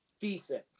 decent